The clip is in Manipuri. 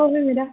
ꯍꯣꯏ ꯍꯣꯏ ꯃꯦꯗꯥꯝ